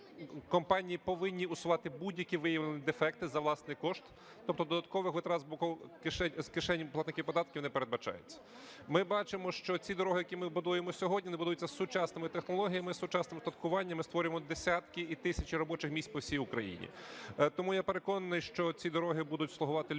компанії повинні усувати будь-які виявлені дефекти за власний кошт, тобто додаткових витрат з боку кишені... з кишень платників податків не передбачається. Ми бачимо, що ці дороги, які ми будуємо сьогодні, вони будуються сучасними технологіями, сучасним устаткуванням, ми створюємо десятки і тисячі робочих місць по всій Україні. Тому я переконаний, що ці дроги будуть слугувати людям